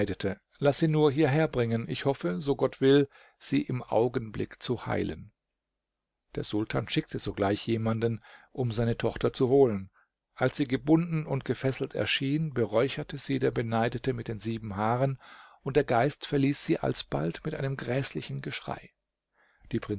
laß sie nur hierher bringen ich hoffe so gott will sie im augenblick zu heilen der sultan schickte sogleich jemanden um seine tochter zu holen als sie gebunden und gefesselt erschien beräucherte sie der beneidete mit den sieben haaren und der geist verließ sie alsbald mit einem gräßlichen geschrei